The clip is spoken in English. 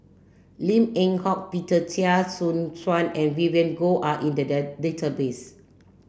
Lin Eng Hock Peter Chia Choo Suan and Vivien Goh are in the database